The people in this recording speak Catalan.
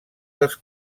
dels